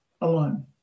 alone